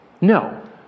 no